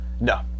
No